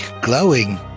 glowing